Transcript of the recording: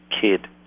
kid